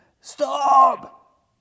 Stop